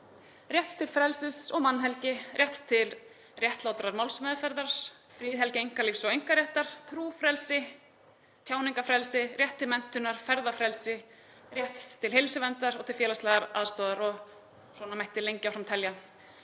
rétt til frelsis og mannhelgi, rétt til réttlátrar málsmeðferðar, friðhelgi einkalífs og einkaréttar, trúfrelsi, tjáningarfrelsi, rétt til menntunar, ferðafrelsi, rétt til heilsuverndar og til félagslegrar aðstoðar og svona mætti lengi áfram telja.